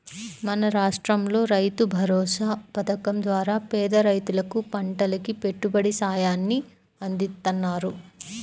మన రాష్టంలో రైతుభరోసా పథకం ద్వారా పేద రైతులకు పంటకి పెట్టుబడి సాయాన్ని అందిత్తన్నారు